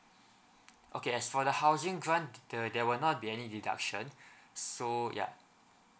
okay as for the housing grant the~ there will not be any deduction so ya